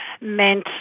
meant